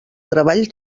treball